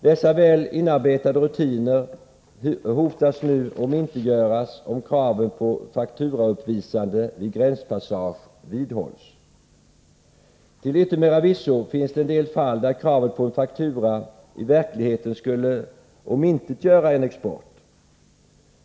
Dessa väl inarbetade rutiner riskerar nu att omintetgöras om kravet på fakturauppvisande vid gränspassage vidhålls. Till yttermera visso finns det en del fall där kravet på en faktura i verkligheten skulle omintetgöra en export.